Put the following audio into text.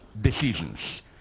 decisions